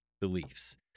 beliefs